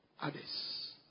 others